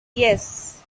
yes